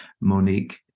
Monique